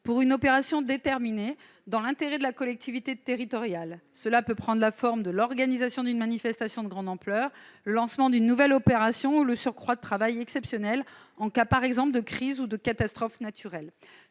pour une opération déterminée, dans l'intérêt de la collectivité territoriale. Cela peut concerner l'organisation d'une manifestation de grande ampleur, le lancement d'une nouvelle opération ou un surcroît de travail exceptionnel, en cas, par exemple, de crise ou de catastrophe naturelle.